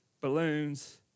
balloons